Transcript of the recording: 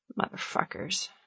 Motherfuckers